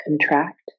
contract